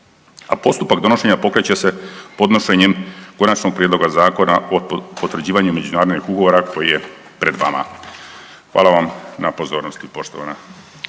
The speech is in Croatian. a postupak donošenja pokreće se podnošenjem konačnog prijedloga zakona o potvrđivanju međunarodnih ugovora koji je pred vama. Hvala vam na pozornosti, poštovana